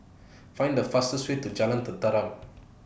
Find The fastest Way to Jalan Tenteram